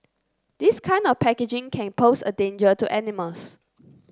this kind of packaging can pose a danger to animals